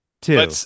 Two